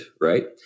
right